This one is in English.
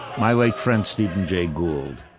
my late friend, steven j. gould,